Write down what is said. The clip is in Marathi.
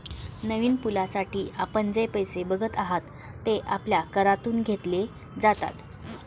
नवीन पुलासाठी आपण जे पैसे बघत आहात, ते आपल्या करातून घेतले जातात